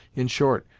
in short,